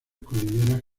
cordilleras